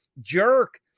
jerk